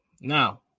Now